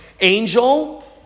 Angel